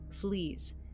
please